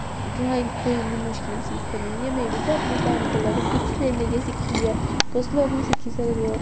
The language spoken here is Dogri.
ड्राइंग कोई इन्नी मुश्किल चीज ते नेईं ऐ में बी ते अपनी भैन कोला टिप्स लेई लेइयै सिक्खी ऐ तुस लोग बी सिक्खी सकदे ओ